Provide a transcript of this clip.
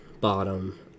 bottom